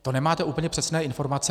To nemáte úplně přesné informace.